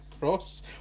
cross